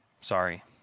sorry